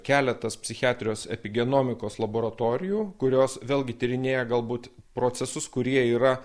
keletas psichiatrijos epigenomikos laboratorijų kurios vėlgi tyrinėja galbūt procesus kurie yra